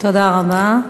תודה רבה.